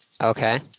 Okay